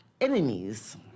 enemies